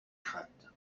crainte